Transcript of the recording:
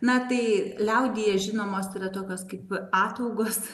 na tai liaudyje žinomos yra tokios kaip ataugos